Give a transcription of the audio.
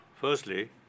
firstly